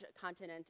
continent